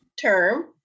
term